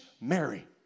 Mary